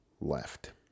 left